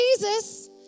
Jesus